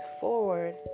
forward